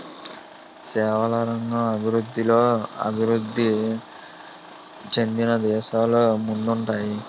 సేవల రంగం అభివృద్ధిలో అభివృద్ధి చెందిన దేశాలు ముందుంటాయి